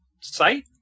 site